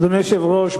אדוני היושב-ראש,